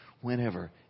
whenever